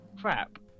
crap